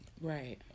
Right